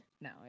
No